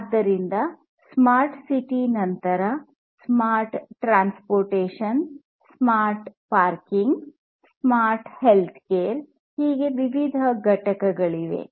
ಆದ್ದರಿಂದ smart city ನಂತರ smart transportation smart parking smart health care ಹೀಗೆ ವಿವಿಧ ಘಟಕಗಳಿವೆ